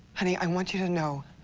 i mean i want you to know.